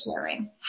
sharing